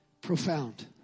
Profound